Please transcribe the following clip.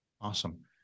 Awesome